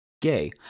gay